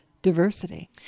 diversity